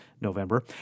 November